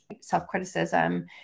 self-criticism